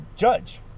judge